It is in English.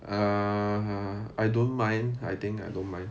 err I don't mind I think I don't mind